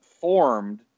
formed